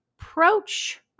approach